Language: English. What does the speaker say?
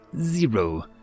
zero